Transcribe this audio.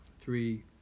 three